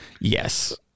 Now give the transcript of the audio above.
Yes